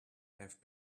have